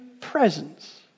presence